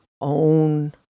own